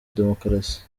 demokarasi